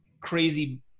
crazy